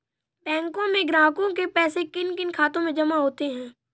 बैंकों में ग्राहकों के पैसे किन किन खातों में जमा होते हैं?